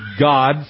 God